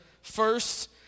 first